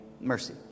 mercy